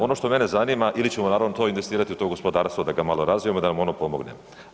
Ono što mene zanima, ili ćemo naravno to investirati u to gospodarstvo da ga malo razvijemo, da mu ono pomogne.